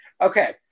Okay